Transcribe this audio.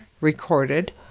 recorded